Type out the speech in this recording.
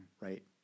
right